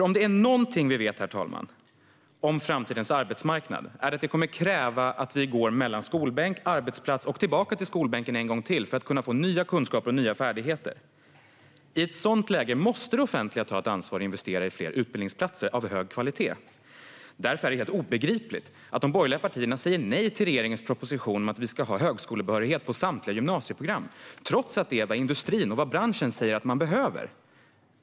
Om det är någonting vi vet om framtidens arbetsmarknad, herr talman, är det att den kommer att kräva att vi går mellan skolbänk och arbetsplats och tillbaka till skolbänken för att få nya kunskaper och färdigheter. I ett sådant läge måste det offentliga ta ansvar och investera i fler utbildningsplatser av hög kvalitet. Därför är det helt obegripligt att de borgerliga partierna säger nej till regeringens proposition om att vi ska ha högskolebehörighet på samtliga gymnasieprogram, trots att detta är vad industrin och branschen säger behövs.